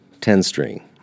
ten-string